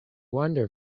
wonder